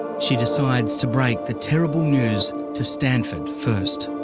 she decides to break the terrible news to stanford first.